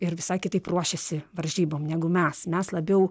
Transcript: ir visai kitaip ruošiuosi varžybom negu mes mes labiau